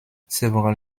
several